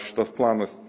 šitas planas